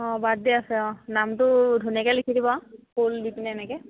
অঁ বাৰ্থডে আছে অঁ নামটো ধুনীয়াকৈ লিখি দিব ফুল দি পিনে এনেকৈ